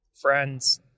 friends